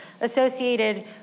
associated